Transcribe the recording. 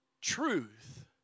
truth